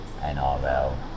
NRL